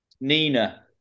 Nina